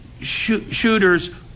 shooters